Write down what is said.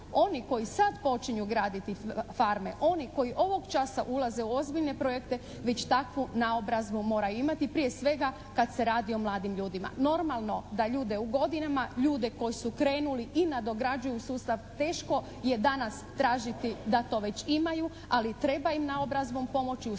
oni koji sada počinju graditi farme, oni koji ovog časa ulaze u ozbiljne projekte već takvu naobrazbu mora imati, prije svega kad se radi o mladim ljudima. Normalno da ljude u godinama, ljude koji su krenuli i nadograđuju sustav teško je danas tražiti da to već imaju, ali treba im naobrazbom pomoći u svakom